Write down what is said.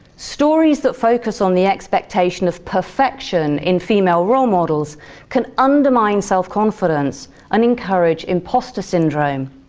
stories that focus on the expectation of perfection in female role models can undermine self-confidence and encourage impostor syndrome.